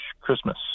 Christmas